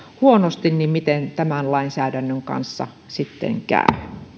huonosti miten tämän lainsäädännön kanssa sitten käy